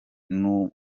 n’umwana